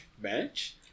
match